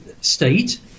state